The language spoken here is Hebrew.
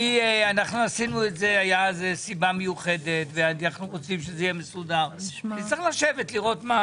הייתה סיבה מיוחדת מדוע עשינו את זה.